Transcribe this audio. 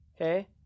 Okay